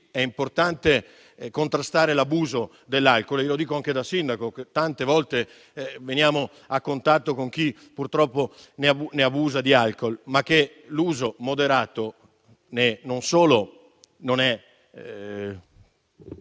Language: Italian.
sì importante contrastare l'abuso dell'alcol (lo dico anche da sindaco, perché tante volte veniamo a contatto con chi purtroppo ne abusa), ma che l'uso moderato non solo non è